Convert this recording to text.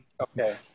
Okay